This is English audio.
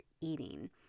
eating